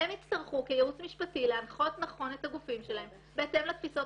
הם יצטרכו כייעוץ משפטי להנחות נכון את הגופים שלהם בהתאם לתפיסות